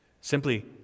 simply